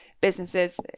businesses